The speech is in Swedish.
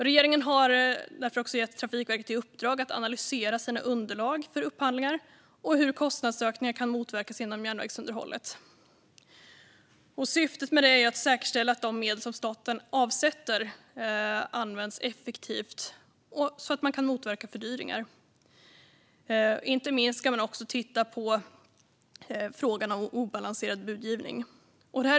Regeringen har därför också gett Trafikverket i uppdrag att analysera sina underlag för upphandlingar och hur kostnadsökningar kan motverkas inom järnvägsunderhållet. Syftet med detta är att säkerställa att de medel som staten avsätter används effektivt så att fördyringar kan motverkas. Inte minst ska man också titta på frågan om obalanserad budgivning.